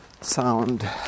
sound